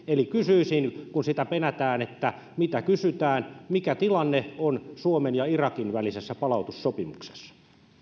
eli kysyisin kun sitä penätään että mitä kysytään mikä tilanne on suomen ja irakin välisessä palautussopimuksessa